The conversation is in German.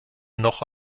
noch